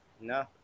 no